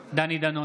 בעד דני דנון,